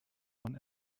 man